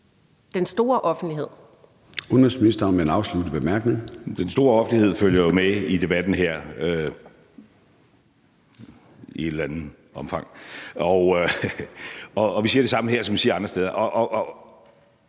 Den store offentlighed følger med i debatten her – i et eller andet omfang – og vi siger det samme her, som vi siger andre steder.